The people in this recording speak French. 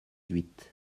huit